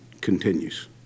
continues